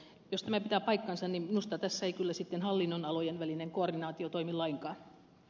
jos tämä pitää paikkansa niin minusta tässä ei kyllä sitten hallinnonalojen välinen koordinaatio toimi lainkaan